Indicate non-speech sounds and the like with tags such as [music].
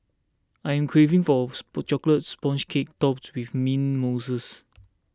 I am craving for a [unintelligible] Chocolate Sponge Cake Topped with Mint Mousses